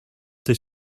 did